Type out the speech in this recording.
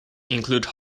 include